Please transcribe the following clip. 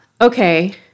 Okay